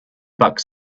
bucks